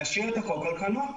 להשאיר את החוק על כנו.